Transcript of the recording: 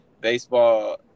baseball